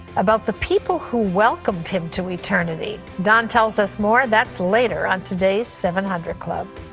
about the people who welcomed him to eternity. don tells us more. that's later on today's seven hundred club.